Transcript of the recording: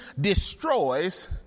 destroys